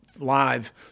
live